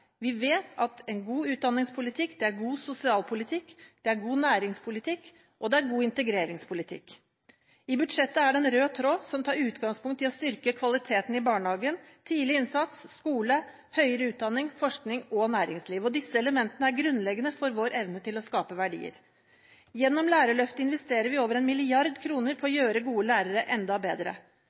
Vi vet at en god utdanningspolitikk er god sosialpolitikk, god næringspolitikk og god integreringspolitikk. I budsjettet er det en rød tråd, som tar utgangspunkt i å styrke kvaliteten i barnehagen, tidlig innsats, skole, høyere utdanning, forskning og næringsliv. Disse elementene er grunnleggende for vår evne til å skape verdier. Gjennom Lærerløftet investerer vi over 1 mrd. kr. på å gjøre gode lærere enda bedre.